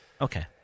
Okay